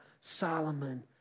Solomon